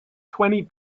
twenty